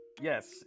Yes